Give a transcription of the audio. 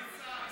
מסי.